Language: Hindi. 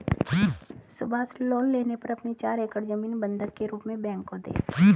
सुभाष लोन लेने पर अपनी चार एकड़ जमीन बंधक के रूप में बैंक को दें